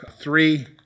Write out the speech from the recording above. three